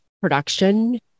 production